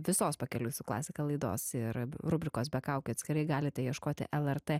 visos pakeliui su klasika laidos ir rubrikos be kaukių atskirai galite ieškoti lrt